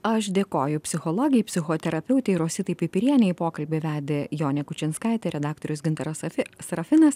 aš dėkoju psichologei psichoterapeutei rositai pipirienei pokalbį vedė jonė kučinskaitė redaktorius gintaras safi serafinas